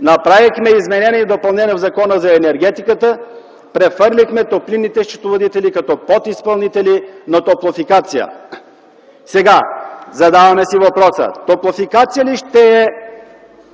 направихме изменения и допълнения на Закона за енергетиката, прехвърлихме топлинните счетоводители като подизпълнители на „Топлофикация”. Сега си задаваме въпроса: „Топлофикация” ли ще е